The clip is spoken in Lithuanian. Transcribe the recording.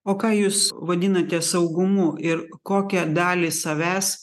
o ką jūs vadinate saugumu ir kokią dalį savęs